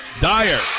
Dyer